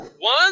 One